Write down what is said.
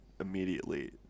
immediately